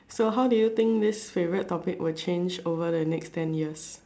so how do you think this favourite topic would change over the next ten years